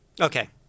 Okay